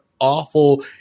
awful